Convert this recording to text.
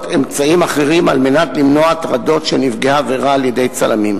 אמצעים אחרים למנוע הטרדות של נפגעי עבירה על-ידי צלמים.